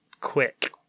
quick